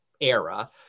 era